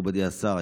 מכובדי השר,